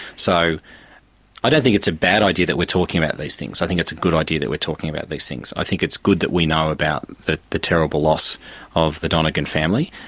so i don't think it's a bad idea that we are talking about these things, i think it's a good idea that we are talking about these things. i think it's good that we know about the the terrible loss of the donegan family,